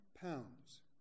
pounds